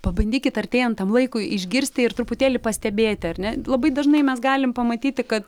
pabandykit artėjant tam laikui išgirsti ir truputėlį pastebėti ar ne labai dažnai mes galim pamatyti kad